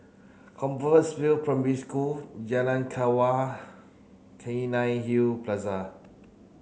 Compassvale Primary School Jalan Kelawar Plaza